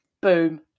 Boom